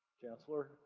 chancellor,